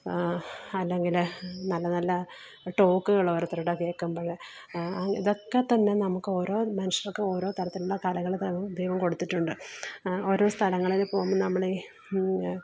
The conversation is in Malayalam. അല്ലെങ്കില് നല്ല നല്ല ടോക്കുകൾ ഓരോത്തരുടെ കേൾക്കുമ്പോഴ് ഇതൊക്കെ തന്നെ നമുക്ക് ഓരോ മനുഷ്യർക്കും ഓരോ തരത്തിലുള്ള കലകള് കാണും ദൈവം കൊടുത്തിട്ടുണ്ട് ഓരോ സ്ഥലങ്ങളില് പോകുമ്പം നമ്മള് ഈ